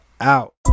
out